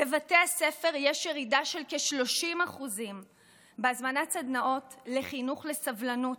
בבתי הספר יש ירידה של כ-30% בהזמנת סדנאות לחינוך לסובלנות.